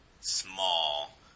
small